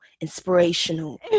inspirational